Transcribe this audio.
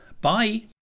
bye